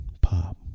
pop